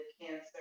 cancer